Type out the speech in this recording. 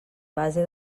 base